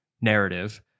narrative